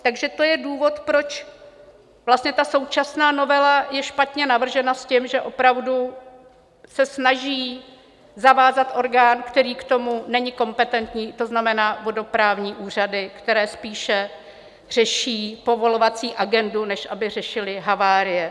Takže to je důvod, proč současná novela je špatně navržena, s tím, že opravdu se snaží zavázat orgán, který k tomu není kompetentní, to znamená vodoprávní úřady, které spíše řeší povolovací agendu, než aby řešily havárie.